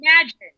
Imagine